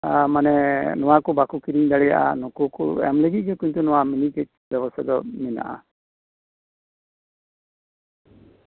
ᱢᱟᱱᱮ ᱱᱚᱣᱟ ᱠᱚ ᱵᱟᱠᱚ ᱠᱤᱨᱤᱧ ᱫᱟᱲᱮᱭᱟᱜᱼᱟ ᱱᱩᱠᱩ ᱠᱚ ᱮᱢ ᱞᱟᱹᱜᱤᱫ ᱜᱮ ᱱᱚᱣᱟ ᱵᱮᱵᱚᱥᱛᱷᱟ ᱫᱚ ᱢᱮᱱᱟᱜᱼᱟ